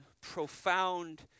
profound